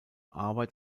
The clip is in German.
arbeit